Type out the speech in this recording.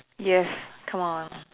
yes come on